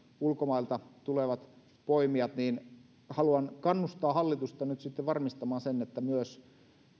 ulkomailta tulevat poimijat ja haluan kannustaa hallitusta nyt sitten varmistamaan sen että myös